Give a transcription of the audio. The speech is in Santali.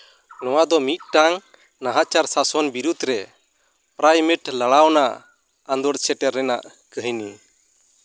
ᱱᱚᱣᱟᱫᱚ ᱢᱤᱫᱴᱟᱝ ᱱᱟᱦᱟᱪᱟᱨ ᱥᱟᱥᱚᱱ ᱵᱤᱨᱩᱫᱷ ᱨᱮ ᱯᱨᱟᱭᱢᱮᱴ ᱞᱟᱲᱟᱣᱱᱟ ᱟᱸᱫᱳᱲ ᱥᱮᱴᱮᱨ ᱨᱮᱱᱟᱜ ᱠᱟᱹᱦᱤᱱᱤ